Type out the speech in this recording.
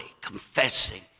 confessing